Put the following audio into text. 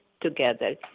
together